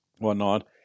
whatnot